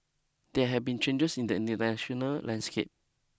there have been changes in the international landscape